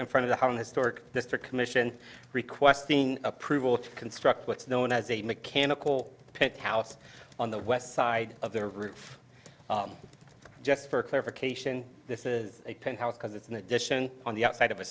in front of one historic district commission requesting approval to construct what's known as a mechanical penthouse on the west side of their roof just for clarification this is a penthouse because it's an addition on the outside of a